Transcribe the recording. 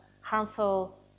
harmful